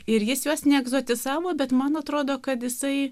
ir jis juos ne egzotisavo bet man atrodo kad jisai